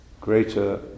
greater